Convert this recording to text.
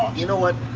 you know what?